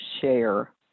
share